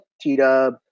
T-Dub